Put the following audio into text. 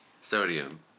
Sodium